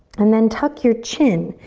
and then tuck your chin.